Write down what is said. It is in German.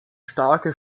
starke